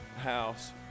house